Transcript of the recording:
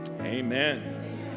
amen